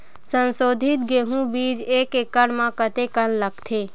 संसोधित गेहूं बीज एक एकड़ म कतेकन लगथे?